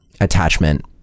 attachment